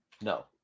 No